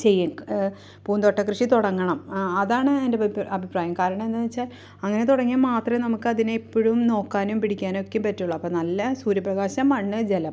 ചെയ്യാന് പൂന്തോട്ട കൃഷി തുടങ്ങണം അതാണ് എൻ്റെ അഭിപ്രായം കാരണം എന്താന്നുവച്ചാൽ അങ്ങനെ തുടങ്ങിയാല് മാത്രമേ നമുക്ക് അതിനെ എപ്പോഴും നോക്കാനും പിടിക്കാനുമൊക്കെ പറ്റുള്ളൂ അപ്പോള് നല്ല സൂര്യപ്രകാശം മണ്ണ് ജലം